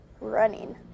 Running